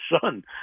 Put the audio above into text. son